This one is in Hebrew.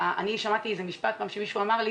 משפט שמישהו אמר לי